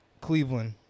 Cleveland